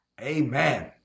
Amen